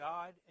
God